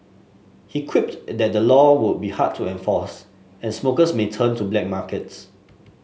he quipped and that the law would be hard to enforce and smokers may turn to black markets